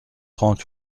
trente